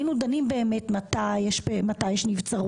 היינו דנים באמת מתי יש נבצרות,